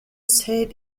said